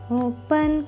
open